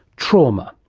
trauma!